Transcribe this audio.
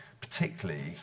particularly